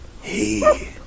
Hey